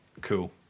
Cool